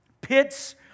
Pits